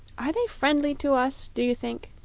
are they friendly to us, do you think?